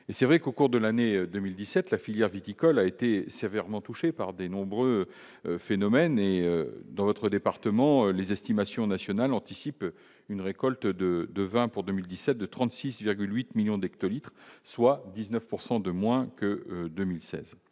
et c'est vrai qu'au cours de l'année 2017 la filière viticole a été sévèrement touchée par des nombreux phénomènes et dans notre département, les estimations nationales anticipe une récolte de de 20 pour 2017 de 36,8 millions d'hectolitres, soit 19 pourcent de moins que 2016